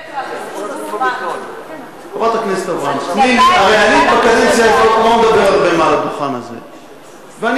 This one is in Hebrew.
אני דיברתי בין היתר על בזבוז הזמן,